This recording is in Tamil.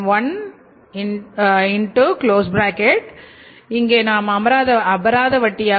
015160X இங்கே நாம் அபராத வட்டி1